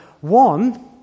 One